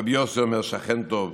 רבי יוסי אומר: שכן טוב.